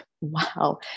wow